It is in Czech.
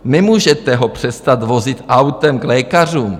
Nemůžete ho přestat vozit autem k lékařům.